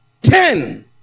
ten